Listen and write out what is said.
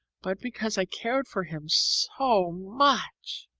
but because i cared for him so much.